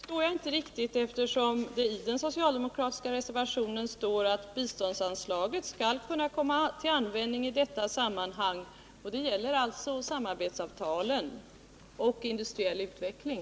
Herr talman! Det förstår jag inte riktigt. I den socialdemokratiska reservationen står att biståndsanslaget skall kunna komma till användning i detta sammanhang, och det gäller alltså samarbetsavtalen och industriell utveckling.